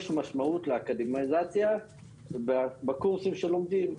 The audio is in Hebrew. יש משמעות לאקדמיזציה בקורסים שלומדים.